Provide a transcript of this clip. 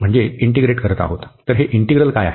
तर हे इंटीग्रल काय आहे